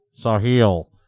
Sahil